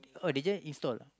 oh they just install